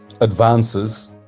advances